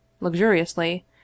luxuriously